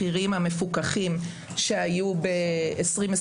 המחירים המפוקחים שהיו ב-2021,